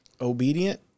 obedient